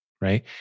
Right